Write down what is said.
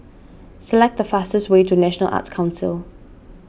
select the fastest way to National Arts Council